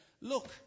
look